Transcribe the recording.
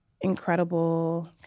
incredible